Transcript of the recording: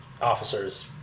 officers